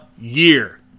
year